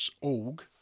org